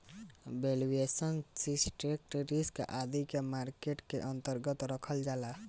valuation, systematic risk आदि के market के अन्तर्गत रखल जाला